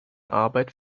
arbeit